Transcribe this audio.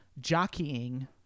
Jockeying